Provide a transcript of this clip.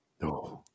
No